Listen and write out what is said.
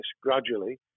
gradually